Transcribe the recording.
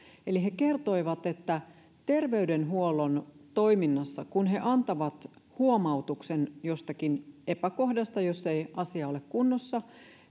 he kertoivat että terveydenhuollon toiminnassa kun he antavat huomautuksen jostakin epäkohdasta jos ei asia ole kunnossa